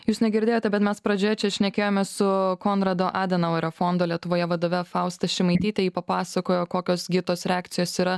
jūs negirdėjote bet mes pradžioje čia šnekėjome su konrado adenauerio fondo lietuvoje vadove fausta šimaityte ji papasakojo kokios gi tos reakcijos yra